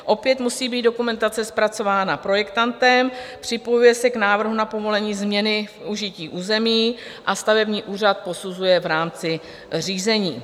Opět musí být dokumentace zpracována projektantem, připojuje se k návrhu na povolení změny v užití území a stavební úřad posuzuje v rámci řízení.